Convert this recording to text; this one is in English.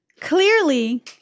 clearly